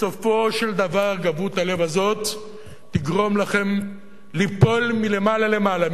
בסופו של דבר גבהות הלב הזאת תגרום לכם ליפול מלמעלה למטה,